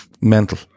Mental